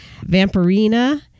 Vampirina